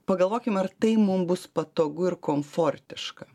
pagalvokim ar tai mum bus patogu ir komfortiška